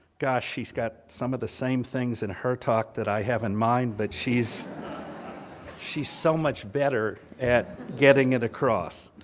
gosh, she's got some of the same things in her talk that i have in mine, but she's she's so much better at getting it across.